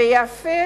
ויפה